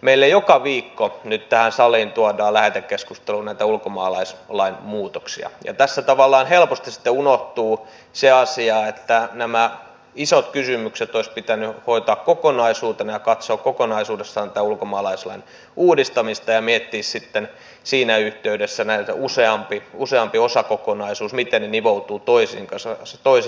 meille joka viikko nyt tähän saliin tuodaan lähetekeskusteluun näitä ulkomaalaislain muutoksia niin tässä tavallaan helposti sitten unohtuu se asia että nämä isot kysymykset olisi pitänyt hoitaa kokonaisuutena ja katsoa kokonaisuudessaan tämän ulkomaalaislain uudistamista ja miettiä sitten siinä yhteydessä useammasta osakokonaisuudesta miten ne nivoutuvat toisiinsa